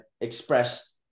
express